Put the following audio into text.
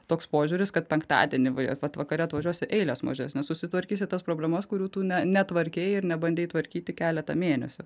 toks požiūris kad penktadienį vat vakare atvažiuosi eilės mažesnės susitvarkysi tas problemas kurių tu netvarkei ir nebandei tvarkyti keletą mėnesių